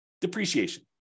depreciation